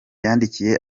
yanditse